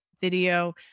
video